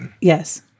Yes